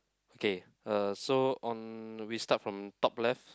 okay uh so on we start from top left